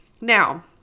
Now